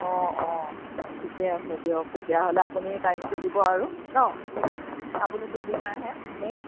অঁ অঁ ঠিকে আছে দিয়ক তেতিয়াহ'লে আপুনি টাইমটো দিব আৰু ন আপুনি কোনদিনা আহে নেক্সট